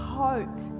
hope